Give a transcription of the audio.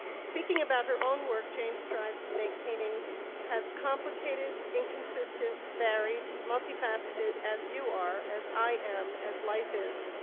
speaking about her own work, jane strives to make paintings as complicated, inconsistent, varied, multifaceted, as you are, as i am, as life is.